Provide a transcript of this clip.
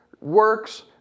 works